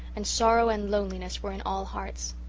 and sorrow and loneliness were in all hearts.